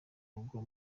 rugo